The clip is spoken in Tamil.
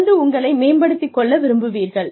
தொடர்ந்து உங்களை மேம்படுத்திக் கொள்ள விரும்புவீர்கள்